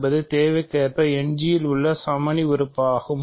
என்பது தேவைக்கேற்ப End இல் உள்ள சமணி உறுப்பு ஆகும்